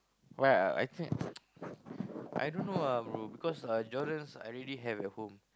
why I think I don't know ah bro because uh Jordan's I already have at home